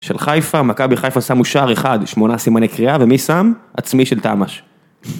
של חיפה, מכבי חיפה שמו שער אחד, 8 סימני קריאה, ומי שם? עצמי של תמאש.